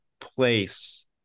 place